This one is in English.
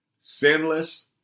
sinless